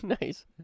Nice